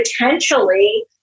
potentially